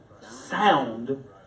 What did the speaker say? sound